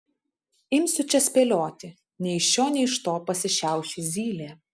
imsiu čia spėlioti nei iš šio nei iš to pasišiaušė zylė